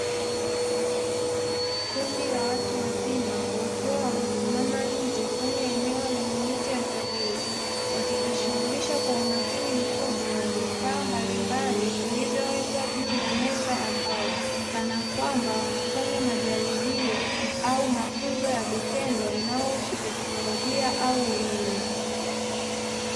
Kundi la watu wazima, wakiwa wamesimama nje kwenye eneo lenye miti ya kimvuli, wakijishughulisha kwa umakini mkubwa na vifaa mbalimbali vilivyowekwa juu ya meza ya mbao, kana kwamba wanafanya majaribio au mafunzo ya vitendo yanayohusu teknolojia au umeme.